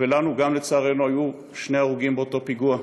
וגם לנו, לצערנו, היו שני הרוגים באותו פיגוע.